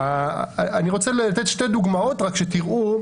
אני רוצה לתת שתי דוגמאות רק שתראו,